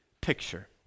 picture